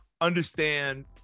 understand